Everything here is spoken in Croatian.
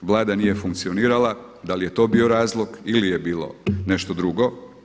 Vlada nije funkcionirala, da li je to bio razlog ili je bilo nešto drugo.